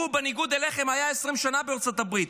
הוא, בניגוד אליכם, היה 20 שנה בארצות הברית.